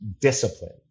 discipline